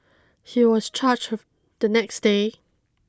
he was charged the next day